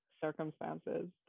circumstances